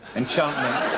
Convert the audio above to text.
enchantment